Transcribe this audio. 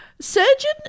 Surgeon